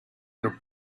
their